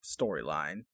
storyline